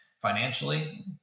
financially